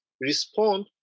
Respond